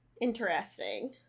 interesting